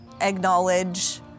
acknowledge